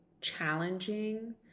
challenging